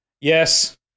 Yes